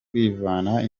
kwivana